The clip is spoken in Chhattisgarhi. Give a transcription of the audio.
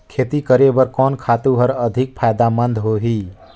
खेती करे बर कोन खातु हर अधिक फायदामंद होही?